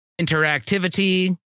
interactivity